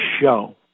show